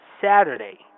Saturday